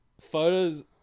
photos